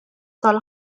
tal